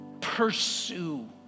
pursue